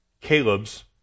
Caleb's